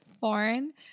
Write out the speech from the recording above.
foreign